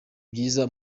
byiza